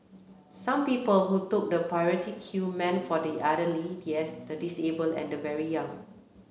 some people who took the priority queue meant for the elderly the disabled and the very young